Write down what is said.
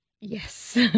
Yes